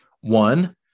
One